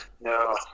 no